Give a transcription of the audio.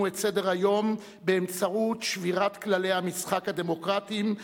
את סדר-היום באמצעות שבירת כללי המשחק הדמוקרטיים,